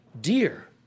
dear